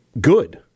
good